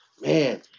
man